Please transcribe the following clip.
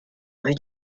rue